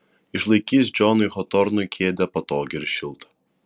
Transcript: išlaikys džonui hotornui kėdę patogią ir šiltą